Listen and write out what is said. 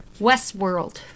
Westworld